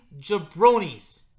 jabronis